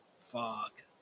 Fuck